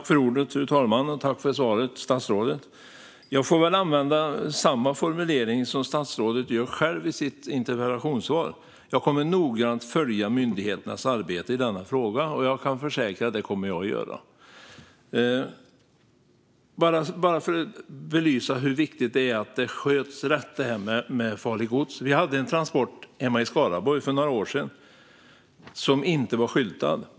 Fru talman! Tack, statsrådet, för svaret! Jag får väl använda samma formulering som statsrådet själv och säga att jag noggrant kommer att följa myndigheternas arbete i denna fråga. Jag kan försäkra att jag kommer att göra det. Låt mig bara belysa hur viktigt det är att detta med farligt gods sköts rätt. Hemma i Skaraborg hade vi för några år sedan en transport som inte var skyltad.